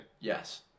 Yes